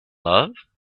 love